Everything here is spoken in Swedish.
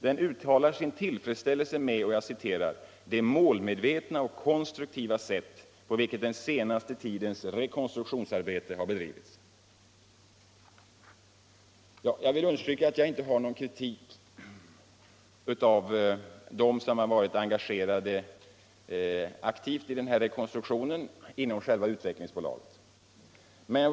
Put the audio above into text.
Den uttalar sin tillfredsställelse med ”det målmedvetna och konstruktiva sätt på vilket den senaste tidens rekonstruktionsarbete bedrivits”. Jag vill understryka att jag inte har någon kritik mot dem som varit engagerade aktivt i rekonstruktionen inom själva Svenska Utvecklingsaktiebolaget.